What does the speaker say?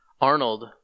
Arnold